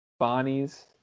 Bonnies